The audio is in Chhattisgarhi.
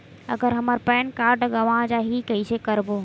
अगर हमर पैन कारड गवां जाही कइसे करबो?